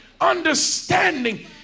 understanding